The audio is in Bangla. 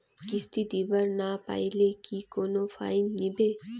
কিস্তি দিবার না পাইলে কি কোনো ফাইন নিবে?